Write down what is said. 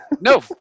No